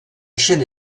chaine